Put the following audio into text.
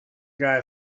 guy